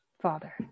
Father